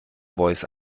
voice